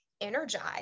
energized